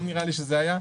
נראה לי שזה מה שהיה,